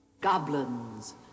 Goblins